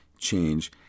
change